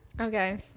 Okay